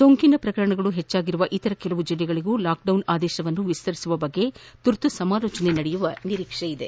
ಸೋಂಕಿನ ಪ್ರಕರಣಗಳು ಹೆಚ್ಚಾಗಿರುವ ಇತರ ಕೆಲವು ಜಿಲ್ಲೆಗಳಿಗೂ ಲಾಕ್ಡೌನ್ ಆದೇಶವನ್ನು ವಿಸ್ತರಿಸುವ ಬಗ್ಗೆ ತುರ್ತು ಸಮಾಲೋಚನೆ ನಡೆಯುವ ನಿರೀಕ್ಷೆ ಇದೆ